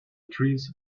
trees